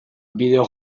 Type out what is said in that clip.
bideo